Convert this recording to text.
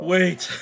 Wait